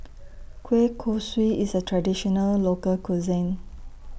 Kueh Kosui IS A Traditional Local Cuisine